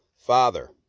Father